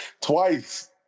twice